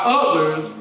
others